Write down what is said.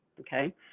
Okay